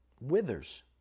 withers